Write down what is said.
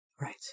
Right